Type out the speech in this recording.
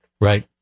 Right